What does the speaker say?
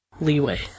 leeway